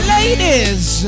Ladies